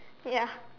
ya